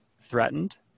threatened